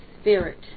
spirit